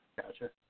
gotcha